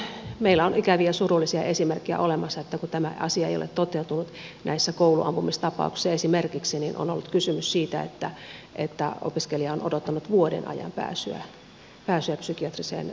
tästä meillä on ikäviä surullisia esimerkkejä olemassa että kun tämä asia ei ole toteutunut näissä kouluampumistapauksissa esimerkiksi niin on ollut kysymys siitä että opiskelija on odottanut vuoden ajan pääsyä psykiatriseen palveluun